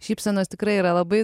šypsenos tikrai yra labai